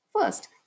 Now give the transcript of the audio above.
First